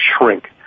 shrink